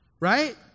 right